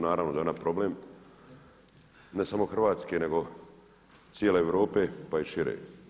Naravno da je ona problem ne samo Hrvatske, nego cijele Europe pa i šire.